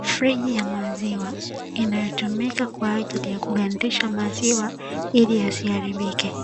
Friji ya maziwa inayotumika kwa ajili ya kugandisha maziwa ili yasiharibike.